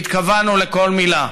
והתכוונו לכל מילה".